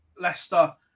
Leicester